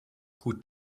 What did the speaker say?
gut